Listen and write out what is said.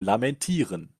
lamentieren